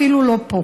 אפילו לא פה.